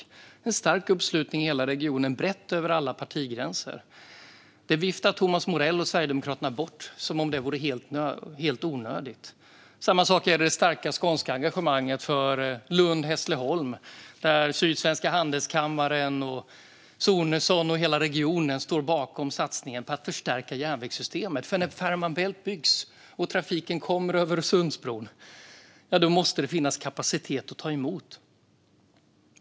Det är en stark uppslutning i hela regionen, brett över alla partigränser. Det viftar Thomas Morell och Sverigedemokraterna bort som om det vore helt onödigt. Samma sak är det när det gäller det starka skånska engagemanget för Lund-Hässleholm. Sydsvenska handelskammaren, Sonesson och hela regionen står bakom satsningen på att förstärka järnvägssystemet. När Fehmarn bält byggs och trafiken kommer över Öresundsbron måste det nämligen finnas kapacitet för att ta emot den.